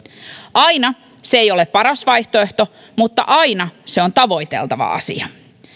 aina se ei ole paras vaihtoehto mutta aina se on tavoiteltava asia